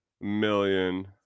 million